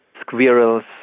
squirrels